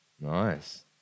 Nice